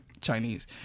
Chinese